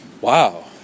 wow